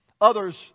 Others